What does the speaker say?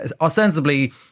ostensibly